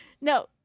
No